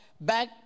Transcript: back